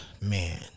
Man